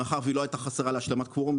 מאחר והיא לא הייתה חסרה להשלמת קוורום,